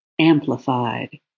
amplified